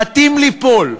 מטים ליפול,